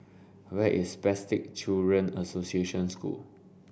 where is Spastic Children Association School